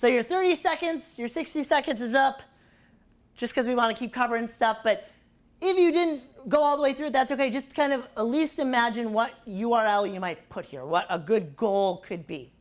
so you're thirty seconds your sixty seconds is up just because we want to keep cover and stuff but if you didn't go all the way through that's ok just kind of a least imagine what you are you might put here what a good goal could be